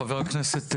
חבר הכנסת סגלוביץ׳.